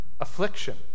affliction